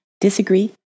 Disagree